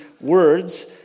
words